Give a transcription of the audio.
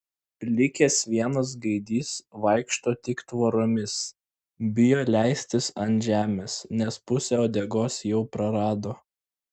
likęs vienas gaidys vaikšto tik tvoromis bijo leistis ant žemės nes pusę uodegos jau prarado